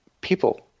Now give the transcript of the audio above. people